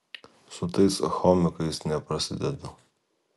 su tais homikais neprasidedu